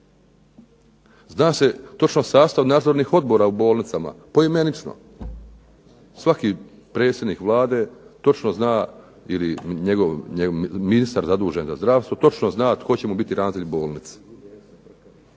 Zna se točan sastav nadzornih odbora u bolnicama poimenično, svaki predsjednik Vlade točno zna ili njegov ministar zadužen za zdravstvo točno zna tko će mu biti ravnatelj bolnice.